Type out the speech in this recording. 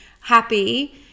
happy